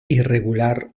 irregular